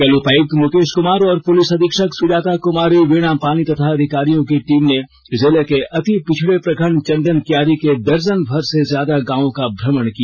कल उपायुक्त मुकेश कुमार और पुलिस अधीक्षक सुजाता कुमारी वीणापानी तथा अधिकारियों की टीम ने जिले के अति पिछड़े प्रखंड चंदनकियारी के दर्जनभर से ज्यादा गांवों का भ्रमण किया